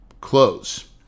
close